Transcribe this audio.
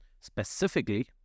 Specifically